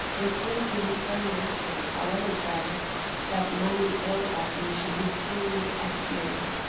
it seemed to him so natural however tragic that money ill-gotten should be cruelly expiated,